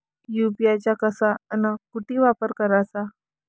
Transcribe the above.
UPI चा कसा अन कुटी वापर कराचा?